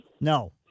No